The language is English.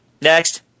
Next